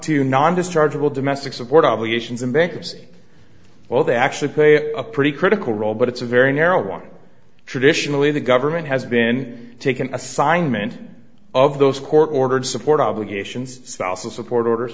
to non dischargeable domestic support obligations and bankruptcy well they actually pay a pretty critical role but it's a very narrow one traditionally the government has been taken assignment of those court ordered support obligations spousal support orders